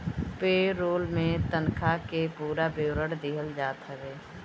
पे role में तनखा के पूरा विवरण दिहल जात हवे